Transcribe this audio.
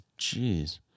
jeez